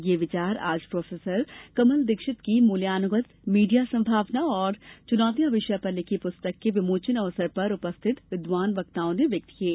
यह विचार आज प्रोफेसर कमल दीक्षित की मूल्यानुगत मीडिया संभावना और चुनौतियां विषय पर लिखी पुस्तक के विमोचन अवसर पर उपस्थित विद्वान वक्ताओं ने व्यक्त किये